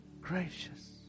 gracious